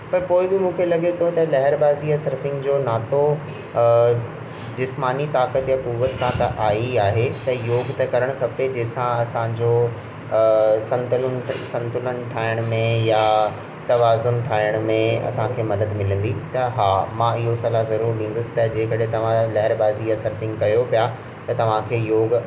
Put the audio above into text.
त कोई बि मूंखे लॻे थो त लहरबाज़ीअ सर्फिंग जो नातो जिस्मानी ताकत त पूर्वज सां त आई आहे त योग त करणु खपे जंहिं सा असांजो संतुलन संतुलन ठाहिण में या तवाज़ुन ठाहिण में असांखे मदद मिलंदी त हा मां इहो सलाह ज़रूरु ॾींदुसि त जेकॾहिं तव्हां लहरबाज़ी या सर्फिंग कयो पिया त तव्हां खे योग